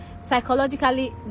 psychologically